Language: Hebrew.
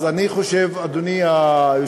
אז אני חושב, אדוני היושב-ראש,